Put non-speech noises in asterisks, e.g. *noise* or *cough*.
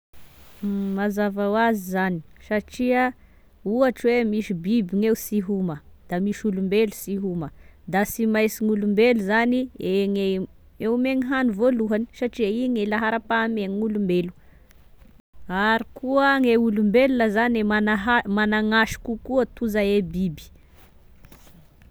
Mazava ho azy zany satria ohatry hoe misy biby gn'eo sy homa, da misy olombelo sy homa, da sy mainsy gn'olombelo zany egny e, *hesitation* e omegny hany voalohany, satria igne laharam-pahamehagna gn'olombelo, ary koa gne olombelona zane manaha- managn'asy kokoa toy izay e biby.